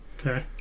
okay